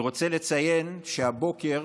אני רוצה לציין שהבוקר